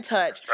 Touch